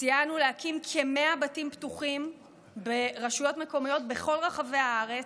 סייענו להקים כ-100 בתים פתוחים ברשויות מקומיות בכל רחבי הארץ,